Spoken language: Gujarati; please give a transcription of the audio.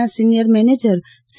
ના સિનિયર મેનેજર સી